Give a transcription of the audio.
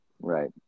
Right